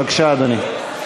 בבקשה, אדוני.